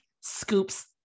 scoops